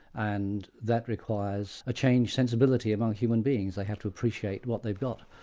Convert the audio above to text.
and that requires a changed sensibility among human beings. they have to appreciate what they've got.